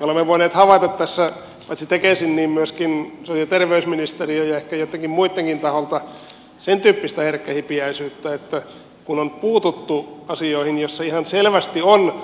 me olemme voineet havaita tässä paitsi tekesin myöskin sosiaali ja terveysministeriön ja ehkä joittenkin muittenkin taholta sen tyyppistä herkkähipiäisyyttä että kun on puututtu asioihin joissa ihan selvästi on